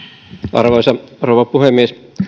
arvoisa rouva puhemies tässä